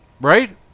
Right